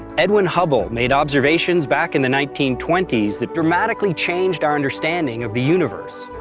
edwin hubble made observations back in the nineteen twenty s that dramatically changed our understanding of the universe.